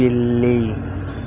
పిల్లి